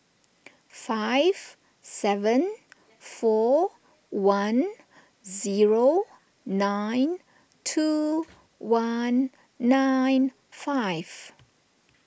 five seven four one zero nine two one nine five